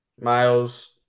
Miles